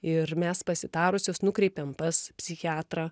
ir mes pasitarusios nukreipėm pas psichiatrą